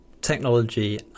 technology